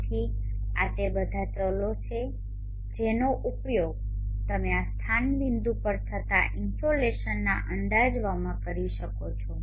તેથી આ તે બધા ચલો છે જેનો ઉપયોગ તમે આ સ્થાન બિંદુ પર થતા ઇનસોલેશનના અંદાજવામાં કરી શકશો